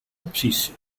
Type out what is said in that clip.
opties